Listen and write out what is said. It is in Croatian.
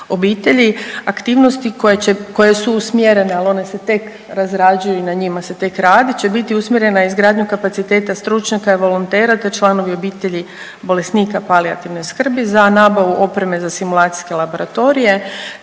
obitelji. Aktivnosti koje su usmjerene, ali one se tek razrađuju i na njima se tek radi će biti usmjerena izgradnji kapaciteta stručnjaka i volontera, te članovi obitelji bolesnika palijativne skrbi za nabavu opreme za simulacijske laboratorije,